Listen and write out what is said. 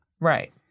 Right